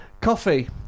coffee